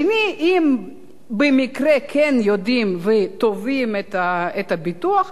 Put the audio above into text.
שנית, אם במקרה כן יודעים ותובעים את הביטוח,